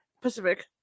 Pacific